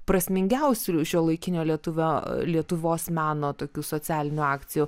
prasmingiausių šiuolaikinio lietuvio lietuvos meno tokių socialinių akcijų